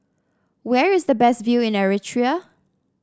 where is the best view in Eritrea